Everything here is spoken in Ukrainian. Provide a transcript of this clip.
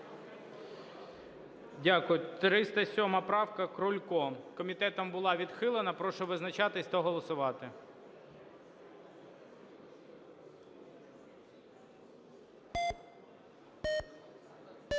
Дякую. 308 правка, Дубіль. Комітетом була відхилена. Прошу визначатися та голосувати.